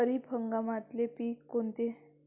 खरीप हंगामातले पिकं कोनते?